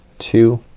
two